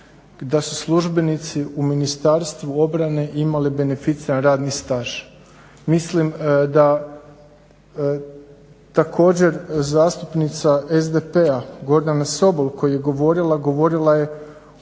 da su službenici u Ministarstvu obrane imali beneficiran radni staž. Mislim da također zastupnica SDP-a Gordana Sobol koja je govorila, govorila je